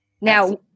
Now